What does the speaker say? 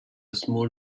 small